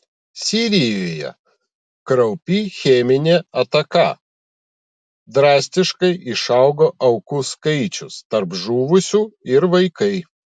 sirijoje kraupi cheminė ataka drastiškai išaugo aukų skaičius tarp žuvusių ir vaikai